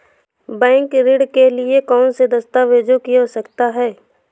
Bank ऋण के लिए कौन से दस्तावेजों की आवश्यकता है?